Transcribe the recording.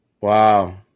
Wow